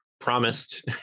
promised